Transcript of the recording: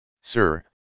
Sir